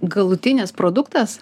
galutinis produktas